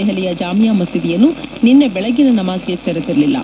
ದೆಹಲಿಯ ಜಾಮಿಯ ಮಸೀದಿಯನ್ನು ನಿನ್ನೆ ಬೆಳಗ್ಗಿನ ನಮಾಜ್ಗೆ ತೆರೆದಿರಲಿಲ್ಲ